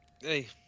Hey